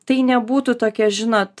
tai nebūtų tokia žinot